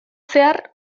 zehar